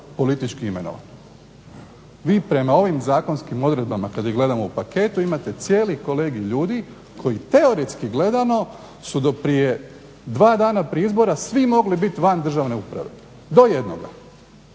politički imenovan. Vi prema ovim zakonskim odredbama kad ih gledamo u paketu imate cijeli kolegij ljudi koji teoretski gledano su do prije dva dana prije izbora svi mogli biti van državne uprave do jednoga.